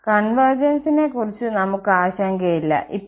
convergence ക്കുറിച്ച് നമ്മൾ ക്ക് ആശങ്കയില്ല ഇപ്പോൾ